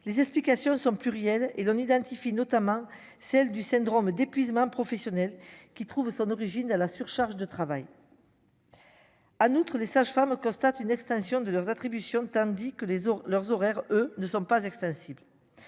les explications sont plurielles et on identifie notamment celle du syndrome d'épuisement professionnel qui trouve son origine à la surcharge de travail. Anne, outre les sages-femmes constate une extension de leurs attributions, tandis que les autres leurs horaires, eux, ne sont pas extensibles,